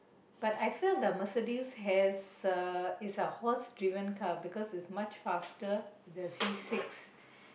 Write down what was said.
but I felt the Mercedes has a is a horse driven car because its much faster the C six